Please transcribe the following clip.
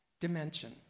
dimension